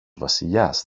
βασιλιάς